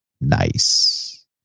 Nice